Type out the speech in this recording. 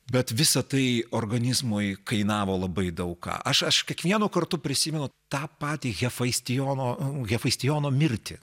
bet visa tai organizmui kainavo labai daug ką aš aš kiekvienu kartu prisimenu tą patį hefaistijono hefaistijono mirtį